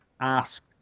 ask